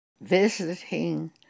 visiting